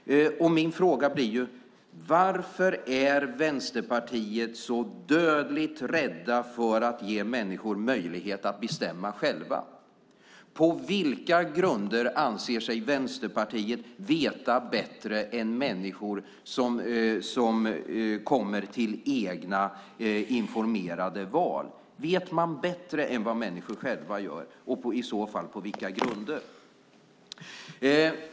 Min fråga blir: Varför är ni i Vänsterpartiet så dödligt rädda för att ge människor möjlighet att bestämma själva? På vilka grunder anser sig Vänsterpartiet veta bättre än människor som kommer till egna informerade val? Vet ni bättre än vad människor själva gör, och i så fall på vilka grunder?